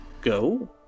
Go